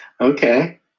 Okay